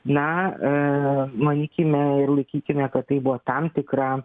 na manykime ir laikykime kad tai buvo tam tikra